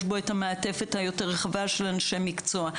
בו את המעטפת היותר רחבה של אנשי מקצוע.